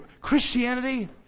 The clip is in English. Christianity